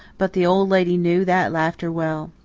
but the old lady knew that laughter well.